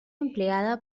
empleada